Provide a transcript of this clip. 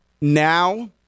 now